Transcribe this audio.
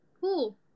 cool